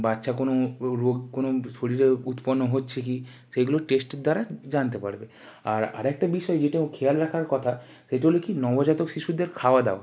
বাচ্চা কোনো রোগ কোনো শরীরে উৎপন্ন হচ্ছে কী সেইগুলো টেস্ট দ্বারা জানতে পারবে আর আরেকটা বিষয় যেটাও খেয়াল রাখার কথা সেটা হল কী নবজাতক শিশুদের খাওয়া দাওয়া